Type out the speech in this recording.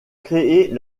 créer